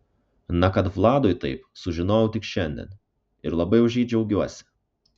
na kad vladui taip sužinojau tik šiandien ir labai už jį džiaugiuosi